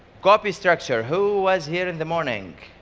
copy structure. who was here in the morning?